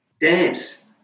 dance